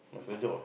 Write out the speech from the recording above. my first job ah